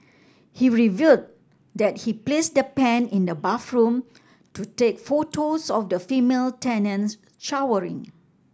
he revealed that he placed the pen in the bathroom to take photos of the female tenants showering